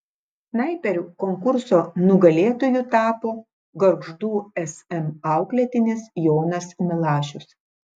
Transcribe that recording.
snaiperių konkurso nugalėtoju tapo gargždų sm auklėtinis jonas milašius